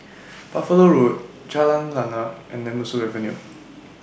Buffalo Road Jalan Lana and Nemesu Avenue